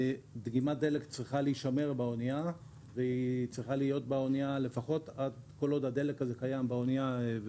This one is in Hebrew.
דגימת דלק צריכה להישמר באנייה כל עוד הדלק מזין את האנייה.